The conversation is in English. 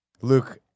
Luke